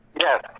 Yes